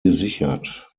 gesichert